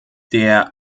der